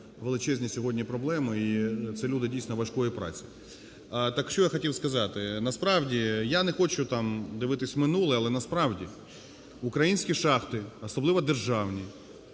величезні сьогодні проблеми, і це люди дійсно важкої праці. Так що я хотів сказати. Насправді, я не хочу там дивитися в минуле, але насправді українські шахти, особливо державні,